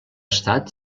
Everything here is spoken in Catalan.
estat